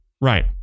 Right